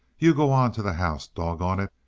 you go on to the house, doggone it!